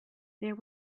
there